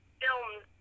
films